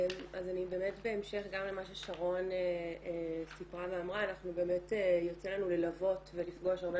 בהמשך למה ששרון סיפרה ואמרה באמת יוצא לנו ללוות ולפגוש הרבה